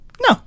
No